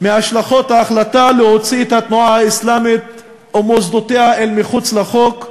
מהשלכות ההחלטה להוציא את התנועה האסלאמית ומוסדותיה אל מחוץ לחוק,